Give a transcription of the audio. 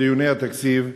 דיוני התקציב.